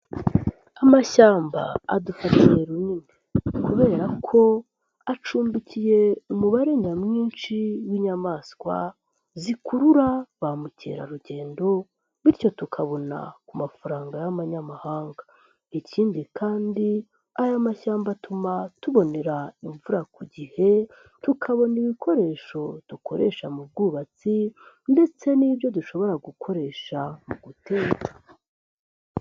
Amashyamba adufatiye runini, kubera ko acumbikiye umubare nyamwinshi w'inyamaswa zikurura ba mukerarugendo bityo tukabona ku mafaranga y'abanmanyamahanga, ikindi kandi aya mashyamba atuma tubonera imvura ku gihe, tukabona ibikoresho dukoresha mu bwubatsi ndetse n'ibyo dushobora gukoresha mu gu guteka.